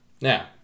Now